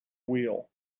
wheel